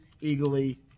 eagerly